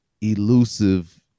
elusive